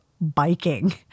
biking